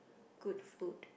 good food